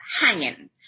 hanging